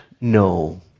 No